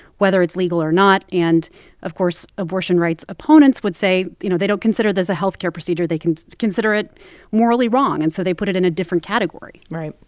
whether it's legal or not. and of course, abortion rights opponents would say, you know, they don't consider this a health care procedure. they consider it morally wrong, and so they put it in a different category right.